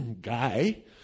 guy